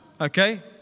Okay